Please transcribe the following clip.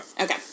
Okay